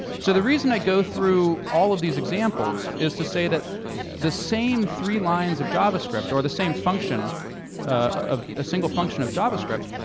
so the reason i go through all of these examples is to say that the same three lines of javascript, or the same function a single function of javascript